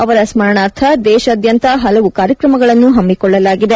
ಅವರ ಸ್ಟರಣಾರ್ಥ ದೇಶಾದ್ಯಂತ ಹಲವು ಕಾರ್ಯಕ್ರಮಗಳನ್ನು ಹಮ್ಮಿಕೊಳ್ಳಲಾಗಿದೆ